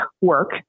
Work